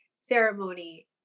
ceremony